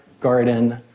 garden